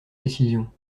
décisions